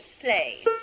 Play